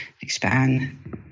expand